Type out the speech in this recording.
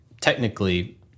technically